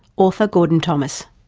author gordon thomas.